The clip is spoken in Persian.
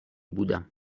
بودیم